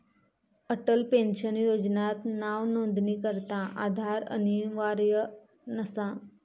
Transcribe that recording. Atal pension योजनात नावनोंदणीकरता आधार अनिवार्य नसा